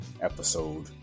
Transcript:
episode